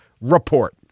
report